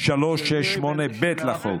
368ב לחוק,